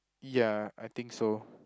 ya I think so